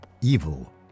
evil